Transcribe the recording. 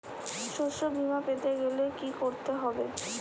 শষ্যবীমা পেতে গেলে কি করতে হবে?